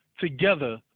together